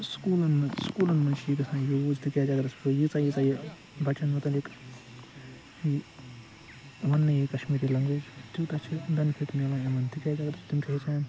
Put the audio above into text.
سکولَن مَنٛز سکولَن مَنٛز چھِ یہِ گَژھان یوٗز تکیاز اگر أسۍ وٕچھو یۭژاہ یۭژاہ یہِ بَچَن مُتعلِق وَننہِ یی کَشمیٖری لَنٛگویج تیوتاہ چھُ بیٚنفِٹ ملان یمن تکیاز اگر یم ہیٚچھان چھِ